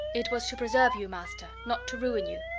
it was to preserve you, master, not to ruin you,